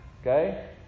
Okay